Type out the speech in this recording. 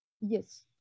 Yes